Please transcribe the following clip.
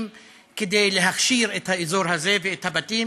כדי להכשיר את האזור הזה ואת הבתים,